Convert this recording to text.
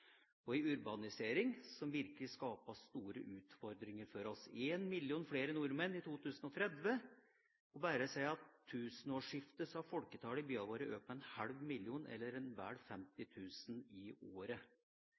og ei urbanisering som virkelig skaper store utfordringer for oss – en million flere nordmenn i 2030. Bare siden tusenårsskiftet har folketallet i byene våre økt med en halv million eller vel 50 000 i året.